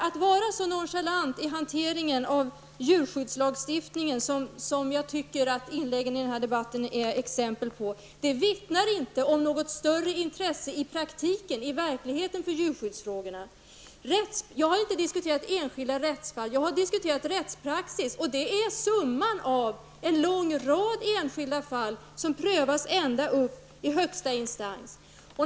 Att vara så nonchalant i hanteringen av djurskyddslagstiftningen som jag tycker att inläggen i den här debatten är exempel på, vittnar inte om något större intresse i praktiken för djurskyddsfrågorna. Jag har inte diskuterat enskilda rättsfall. Jag har diskuterat rättspraxis. Det är summan av en lång rad enskilda fall som prövas ända upp i högsta instans.